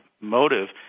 motive